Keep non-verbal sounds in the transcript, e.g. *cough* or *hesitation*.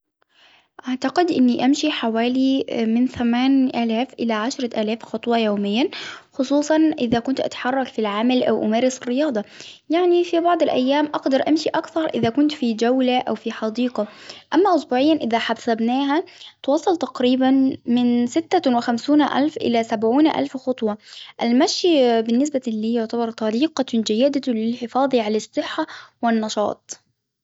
أعتقد إني أمشي حوالي *hesitation* من ثمان الآف الى عشرة الآف خطوة يوميا، خصوصا إذا كنت أتحرر في العمل أو أمارس رياضة، يعني في بعض الأيام أقدر أمشي أقصى إذا كنت في جولة أو في حديقة، أما أسبوعيا إذا حسبناها تواصل تقريبا من ستة وخمسون ألف إلى سبعون ألف خطوة.المشي أه بالنسبة طريقة جيدة للحفاظ على الصحة والنشاط.